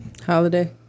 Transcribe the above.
Holiday